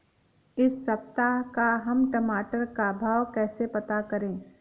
इस सप्ताह का हम टमाटर का भाव कैसे पता करें?